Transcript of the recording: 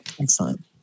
Excellent